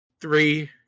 Three